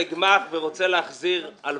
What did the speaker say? לדוגמה, בתוך ישיבת מיר.